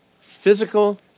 physical